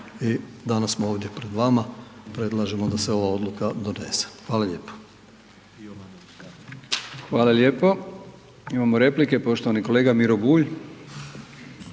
i danas smo ovdje pred vama, predlažemo da se ova odluka donese. Hvala lijepo. **Brkić, Milijan (HDZ)** Hvala lijepo. Imamo replike, poštovani kolega Miro Bulj.